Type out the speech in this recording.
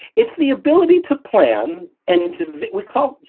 it's the ability to plan and into the. we call,